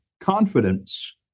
confidence